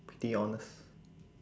pretty honest